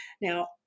Now